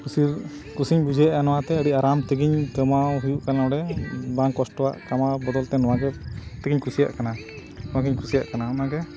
ᱠᱩᱥᱤᱧ ᱠᱩᱥᱤᱧ ᱵᱩᱡᱷᱟᱹᱣᱮᱜᱼᱟ ᱱᱚᱣᱟ ᱛᱮ ᱟᱹᱰᱤ ᱟᱨᱟᱢ ᱛᱮᱜᱤᱧ ᱠᱟᱢᱟᱣ ᱦᱩᱭᱩᱜ ᱠᱟᱱᱟ ᱱᱚᱰᱮ ᱵᱟᱝ ᱠᱚᱥᱴᱚᱣᱟᱜ ᱠᱟᱢᱟᱣ ᱵᱚᱫᱚᱞ ᱛᱮ ᱱᱚᱣᱟ ᱜᱮ ᱛᱮᱜᱮᱧ ᱠᱩᱥᱤᱭᱟᱜ ᱠᱟᱱᱟ ᱱᱚᱣᱟ ᱜᱤᱧ ᱠᱩᱥᱤᱭᱟᱜ ᱠᱟᱱᱟ ᱚᱱᱟᱜᱮ